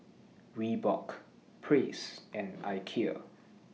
Reebok Praise and Ikea